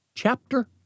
Chapter